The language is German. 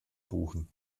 buchen